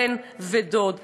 בן או דוד.